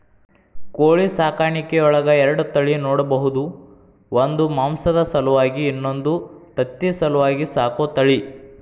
ಕೋಳಿ ಸಾಕಾಣಿಕೆಯೊಳಗ ಎರಡ ತಳಿ ನೋಡ್ಬಹುದು ಒಂದು ಮಾಂಸದ ಸಲುವಾಗಿ ಇನ್ನೊಂದು ತತ್ತಿ ಸಲುವಾಗಿ ಸಾಕೋ ತಳಿ